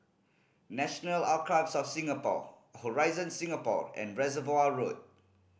National Archives of Singapore Horizon Singapore and Reservoir Road